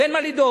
ואין מה לדאוג,